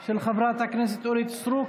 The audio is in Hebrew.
של חברת הכנסת אורית סטרוק.